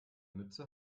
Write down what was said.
mütze